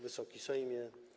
Wysoki Sejmie!